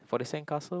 for the sandcastle